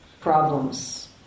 problems